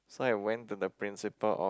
so I went to the principal off~